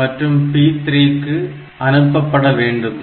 மற்றும் P3 க்கு port P1P2P3 அனுப்பப்பட வேண்டும்